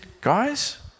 guys